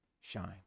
Shine